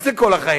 מה זה כל החיים?